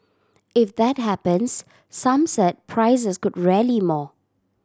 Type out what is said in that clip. if that happens some said prices could rally more